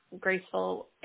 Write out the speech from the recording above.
graceful